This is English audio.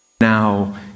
Now